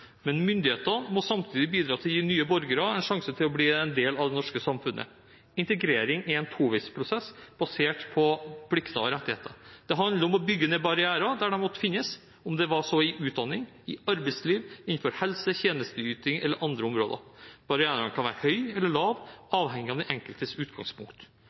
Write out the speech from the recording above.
Men myndigheter må samtidig bidra til å gi nye borgere en sjanse til å bli en del av det norske samfunnet. Integrering er en toveisprosess, basert på plikter og rettigheter. Det handler om å bygge ned barrierer der de måtte finnes, om det så er i utdanning, i arbeidsliv, innenfor helse, i tjenesteyting eller innenfor andre områder. Barrierene kan være høye eller lave, avhengig av den enkeltes utgangspunkt.